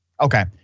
Okay